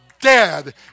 dead